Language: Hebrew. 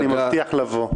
אני מבטיח לבוא.